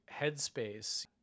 Headspace